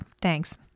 Thanks